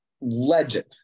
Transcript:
Legend